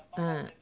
uh